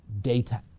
data